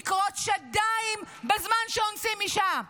לכרות שדיים בזמן שאונסים אישה.